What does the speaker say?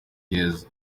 heza